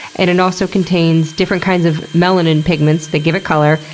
and it also contains different kinds of melanin pigments that give it color.